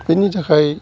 बेनि थाखाय